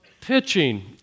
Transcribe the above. pitching